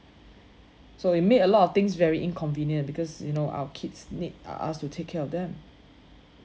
so it made a lot of things very inconvenient because you know our kids need us us to take care of them